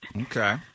Okay